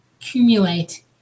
accumulate